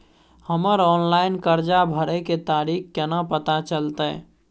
हमर ऑनलाइन कर्जा भरै के तारीख केना पता चलते?